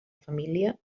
família